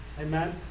Amen